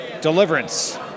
Deliverance